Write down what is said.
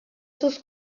sus